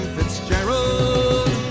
Fitzgerald